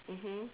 mmhmm